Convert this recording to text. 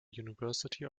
university